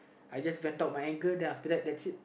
I just vent out my anger then after that that's it